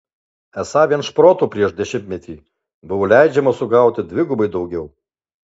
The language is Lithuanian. esą vien šprotų prieš dešimtmetį buvo leidžiama sugauti dvigubai daugiau